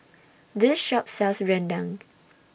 This Shop sells Rendang